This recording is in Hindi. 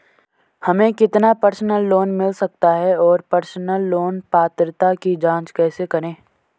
हमें कितना पर्सनल लोन मिल सकता है और पर्सनल लोन पात्रता की जांच कैसे करें?